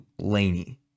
Laney